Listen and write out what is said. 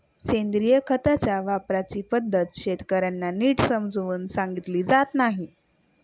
सेंद्रिय खताच्या वापराची पद्धत शेतकर्यांना नीट समजावून सांगितली जात नाही